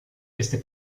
este